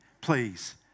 please